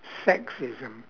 sexism